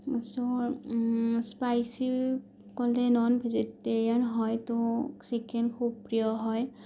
চ' spicy ক'লে non vegetarian হয় ত' চিকেন খুব প্ৰিয় হয়